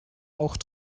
auch